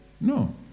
No